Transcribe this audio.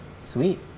Sweet